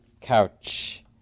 Couch